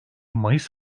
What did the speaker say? mayıs